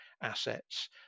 assets